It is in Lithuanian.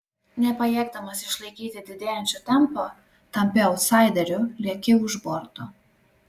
nepajėgdamas išlaikyti didėjančio tempo tampi autsaideriu lieki už borto